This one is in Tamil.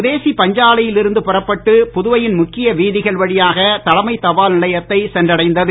சுதேசி பஞ்சாலையில் இருந்து புறப்பட்டு புதுவையின் முக்கிய வீதிகள் வழியாக தலைமை தபால் நிலையத்தை சென்றடைந்தது